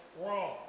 wrong